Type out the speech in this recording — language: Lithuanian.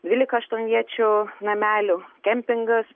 dvylika aštuonviečių namelių kempingas